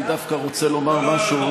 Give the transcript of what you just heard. אני דווקא רוצה לומר משהו.